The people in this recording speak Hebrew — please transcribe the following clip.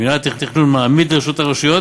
מינהל התכנון מעמיד לרשות הרשויות